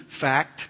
fact